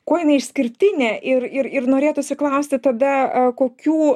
kuo jinai išskirtinė ir ir ir norėtųsi klausti tada kokių